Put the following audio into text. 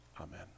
Amen